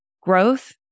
Growth